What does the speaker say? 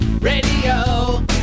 radio